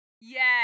Yes